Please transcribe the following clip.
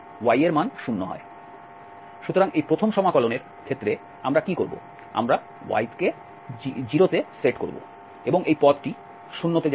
সুতরাং এই প্রথম সমাকলনের ক্ষেত্রে আমরা কি করব আমরা y কে 0 তে সেট করব এবং এই পদটি 0 তে যাবে